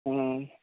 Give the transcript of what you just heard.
అవునా